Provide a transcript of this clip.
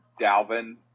Dalvin